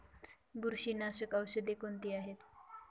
बुरशीनाशक औषधे कोणती आहेत?